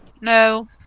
No